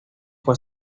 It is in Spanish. fue